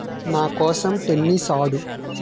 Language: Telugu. నా కోసం టెన్నిస్ ఆడు